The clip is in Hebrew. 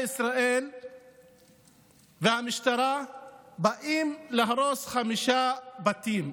ישראל והמשטרה באים להרוס חמישה בתים.